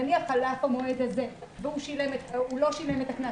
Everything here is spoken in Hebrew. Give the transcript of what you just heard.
נניח שחלף המועד הזה והוא לא שילם את הקנס,